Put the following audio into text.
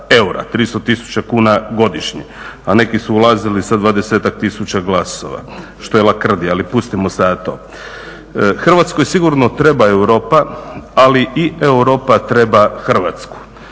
300 000 kuna godišnje. A neki su ulazili sa 20-ak tisuća glasova što je lakrdija, ali pustimo sada to. Hrvatskoj sigurno treba Europa, ali i Europa treba Hrvatsku.